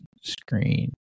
screen